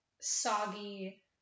soggy